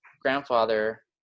grandfather